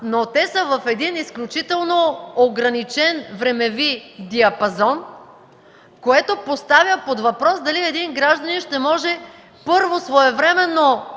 но те са в изключително ограничен времеви диапазон, което поставя под въпрос дали един гражданин ще може, първо, своевременно